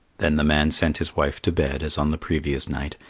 then the man sent his wife to bed as on the previous night,